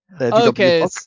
Okay